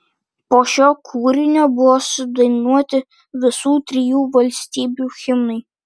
po šio kūrinio buvo sudainuoti visų trijų valstybių himnai